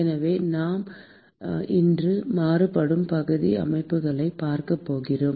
எனவே இன்று நாம் மாறுபடும் பகுதி அமைப்புகளைப் பார்க்கப் போகிறோம்